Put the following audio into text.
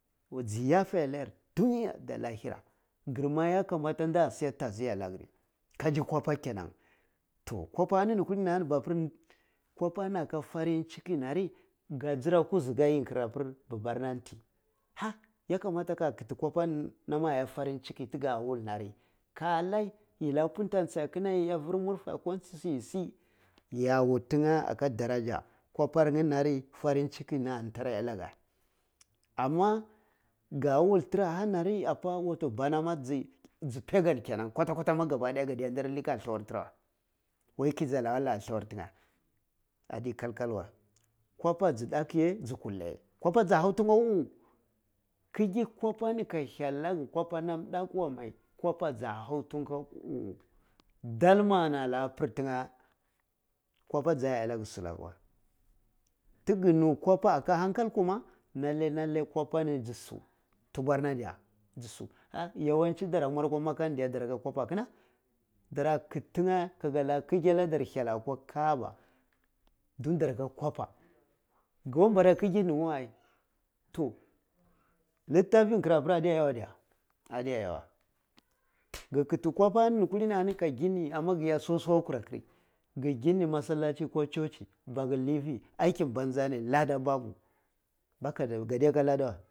Yu ji yafe alla yar dunya da lahira kirma yakamata da si ya ta’a ziya alla giri kaji kwapa kenan toh kwapa kulini mapir kwapa ni aka farin ciki na ri kayira kasike yi kirapir babar na ti ha ya kamata ka kiti kwapa ni nam ah iya farin ciki. Ti ka will na ri k alai yadda punt ache ko fir murfwe ko tsisu ye si ya wuti nye aka daraja kwapar nye nani farin cikin ne an tara iya laga amma ka wul tira ahani aria pa watoh bana gi pegan konan kwata kwata kabadaya ma kade ndira lai ka thlawar tira wey, wey key ja lakka mwar thlawar tin ye addi kal kal wey kwapa ji dakku ye ji kuldda ye kwapa ja hau tin ye akwa uh uh kike kwapa ni ka hyal laka kwapa ni nam ndakku mai ku appa ja hau tin ye akwa uh uh kike kwapa ni ka hyal laka kwapa ni naso ndakku mai ku appa ja hau ti nye akwa uh uh dal ma ni ana pir ti ye kwappa ja illa gi si wey ti gi nu kwappa aka hakal kuma nalle nanlle kwappa ni ji su tubwar na dya su yawan chi ti da ram war akun makkah ni diya dara ka kwapa kina dara kit tiya kikeh ladar hyal akwa kabbah dun tar aka kwappa ko mbara ki ken ye wa ai toh liffofu ki rapir adde ya we diya ayya iya we ki kitti kwappa ni kullini ahani ka ya suwa suwa kur akiri ki gini masalachi kah churchi bakir gi lifi aikin banza neh ladda babu.